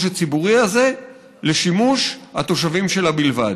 הציבורי הזה לשימוש התושבים שלה בלבד.